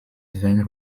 then